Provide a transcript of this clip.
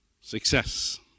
Success